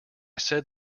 said